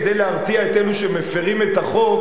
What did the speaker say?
כדי להרתיע את אלו שמפירים את החוק,